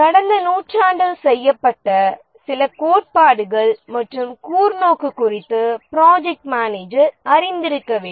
கடந்த நூற்றாண்டில் செய்யப்பட்ட சில கோட்பாடுகள் மற்றும் கூர் நோக்கு குறித்து ப்ரொஜக்ட் மேனேஜர் அறிந்திருக்க வேண்டும்